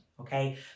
Okay